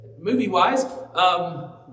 movie-wise